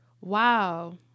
Wow